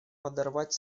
подорвать